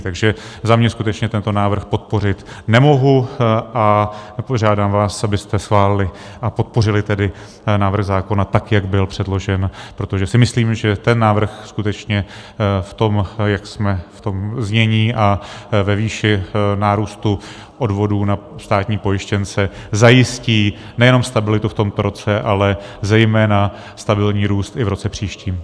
Takže za mě skutečně tento návrh podpořit nemohu a požádám vás, abyste schválili a podpořili tedy návrh zákona tak, jak byl předložen, protože si myslím, že ten návrh skutečně v tom znění a ve výši nárůstu odvodů za státní pojištěnce zajistí nejenom stabilitu v tomto roce, ale zejména stabilní růst i v roce příštím.